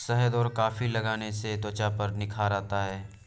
शहद और कॉफी लगाने से त्वचा पर निखार आता है